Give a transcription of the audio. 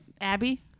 Abby